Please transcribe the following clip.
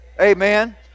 Amen